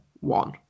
one